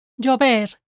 llover